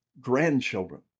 grandchildren